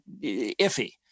iffy